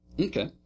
Okay